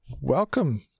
welcome